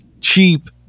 cheap